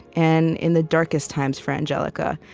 and in the darkest times for angelica,